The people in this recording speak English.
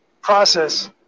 process